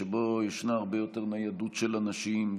שבו ישנה הרבה יותר ניידות של אנשים.